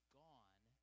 gone